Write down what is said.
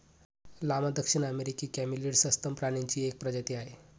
llama दक्षिण अमेरिकी camelid सस्तन प्राण्यांची एक प्रजाती आहे